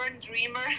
dreamer